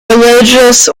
religious